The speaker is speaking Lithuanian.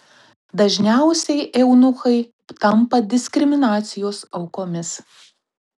dažniausiai eunuchai tampa diskriminacijos aukomis